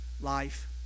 life